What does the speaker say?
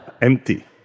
Empty